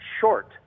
short